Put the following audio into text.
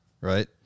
right